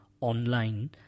online